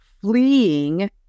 fleeing